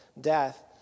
death